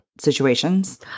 situations